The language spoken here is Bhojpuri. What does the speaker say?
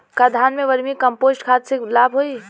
का धान में वर्मी कंपोस्ट खाद से लाभ होई?